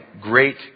great